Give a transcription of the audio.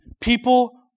People